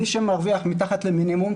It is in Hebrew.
מי שמרוויח מתחת למינימום,